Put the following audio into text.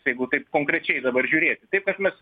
jeigu taip konkrečiai dabar žiūrėti taip kad mes